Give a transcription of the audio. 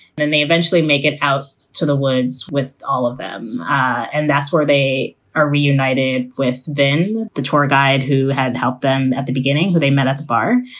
then they eventually make it out to the woods with all of them. and that's where they are reunited with then. the tour guide who had helped them at the beginning, who they met at the bar,